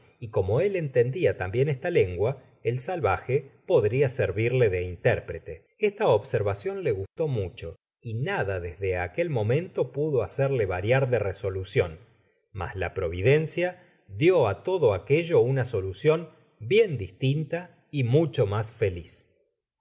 y como él entendia tambien esta lengua el salvaje podria servirle de intérprete esta observacion le gustó mucho y nada desde aquel momento pudo hacerle variar de resolucion mas la providencia dió á todo aquello una solucion bien distinta y mucho mas feliz